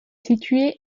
situé